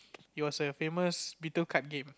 it was a famous beetle card game